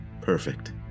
Perfect